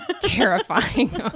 terrifying